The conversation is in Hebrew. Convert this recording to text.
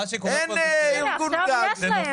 מה שקורה --- הנה, יש להם